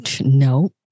No